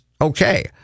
okay